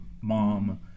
mom